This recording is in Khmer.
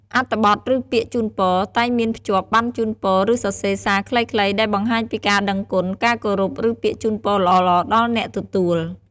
អត្ថបទឬពាក្យជូនពរ តែងមានភ្ជាប់ បណ្ណជូនពរ ឬសរសេរ សារខ្លីៗ ដែលបង្ហាញពីការដឹងគុណ ការគោរព ឬពាក្យជូនពរល្អៗដល់អ្នកទទួល។